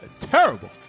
Terrible